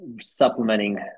supplementing